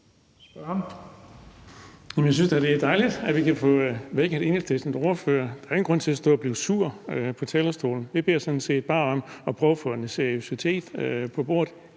(V): Det er dejligt, at vi kan få vækket Enhedslistens ordfører. Der er ingen grund til at stå og blive sur på talerstolen. Jeg beder sådan set bare om, at man prøver at få en seriøsitet på bordet.